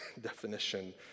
definition